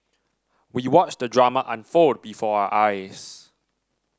we watched the drama unfold before our eyes